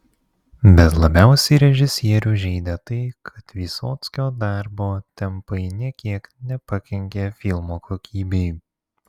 bet labiausiai režisierių žeidė tai kad vysockio darbo tempai nė kiek nepakenkė filmo kokybei